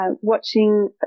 watching